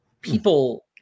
people